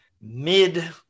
mid